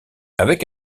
avec